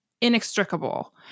inextricable